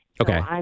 Okay